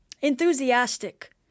enthusiastic